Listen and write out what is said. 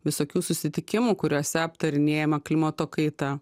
visokių susitikimų kuriuose aptarinėjama klimato kaita